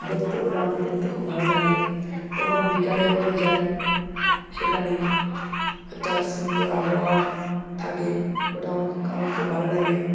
দেখতে ওটা আমার দেখতে খুব ভালো লাগে এবং বিকালে করে যাই সেখানে একটা সুন্দর আবহাওয়া থাকে ওটাও আমাকে আমার খুব ভালো লাগে